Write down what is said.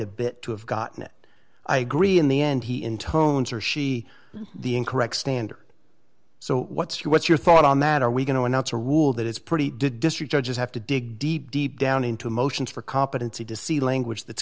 a bit to have gotten it i agree in the end he intones or she the incorrect standard so what's your what's your thought on that are we going to announce a rule that it's pretty did district judges have to dig deep deep down into motions for competency to see language that's